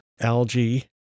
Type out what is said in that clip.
algae